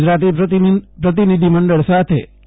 ગુજરાતી પ્રતિનિધિમંડળ સાથે કે